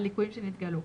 על ליקויים שנתגלו,